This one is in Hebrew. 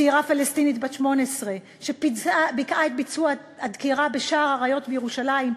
צעירה פלסטינית בת 18 שביצעה את פיגוע הדקירה בשער-האריות בירושלים,